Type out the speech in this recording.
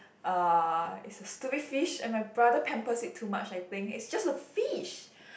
uh it's a stupid fish and my brother pampers it too much I think it's just a fish